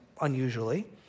unusually